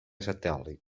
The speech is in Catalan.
satèl·lit